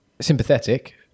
sympathetic